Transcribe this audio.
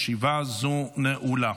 ישיבה זו נעולה.